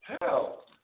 hell